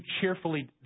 cheerfully